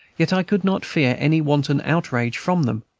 yet i should not fear any wanton outrage from them.